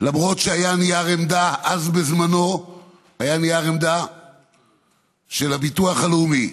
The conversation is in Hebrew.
למרות שהיה נייר עמדה אז בזמנו של הביטוח הלאומי.